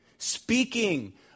Speaking